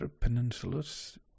peninsulas